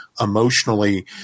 emotionally